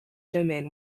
domain